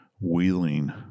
wheeling